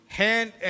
hand